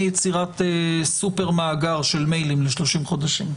יצירת סופר-מאגר של מיילים ל-30 חודשים.